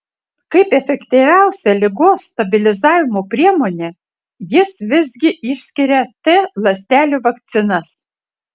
kaip efektyviausią ligos stabilizavimo priemonę jis visgi išskiria t ląstelių vakcinas